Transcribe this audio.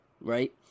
Right